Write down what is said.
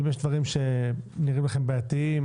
אם יש דברים שנראים לכם בעייתיים,